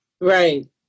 right